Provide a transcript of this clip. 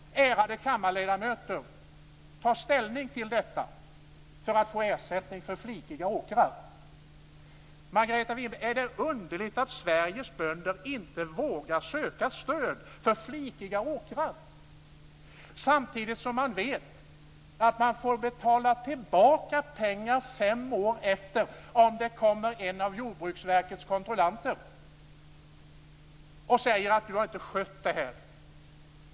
Ärade kammarledamöter! Ta ställning till detta, för att få ersättning för flikiga åkrar! Margareta Winberg! Är det underligt att Sveriges bönder inte vågar söka stöd för flikiga åkrar? Samtidigt vet man att man får betala tillbaka pengar fem år därefter om en av Jordbruksverkets kontrollanter kommer och säger att man inte har skött det här.